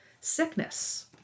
sickness